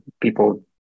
people